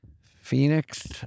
Phoenix